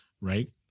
right